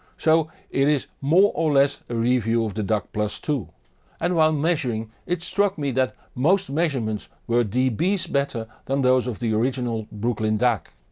so it is more or less a review of the dac too. and while measuring, it struck me that most measurements were db's better than those of the original brooklyn dac.